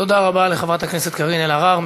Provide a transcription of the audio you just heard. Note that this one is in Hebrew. תודה רבה לחברת הכנסת קארין אלהרר.